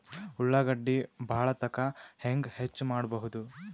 ಉಳ್ಳಾಗಡ್ಡಿ ಬಾಳಥಕಾ ಹೆಂಗ ಹೆಚ್ಚು ಮಾಡಬಹುದು?